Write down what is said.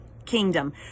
Kingdom